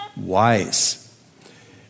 wise